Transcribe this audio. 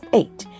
eight